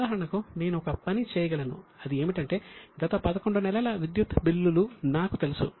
ఉదాహరణకు నేను ఒక పని చేయగలను అది ఏమిటంటే గత 11 నెలల విద్యుత్ బిల్లులు నాకు తెలుసు